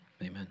amen